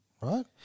right